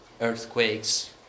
earthquakes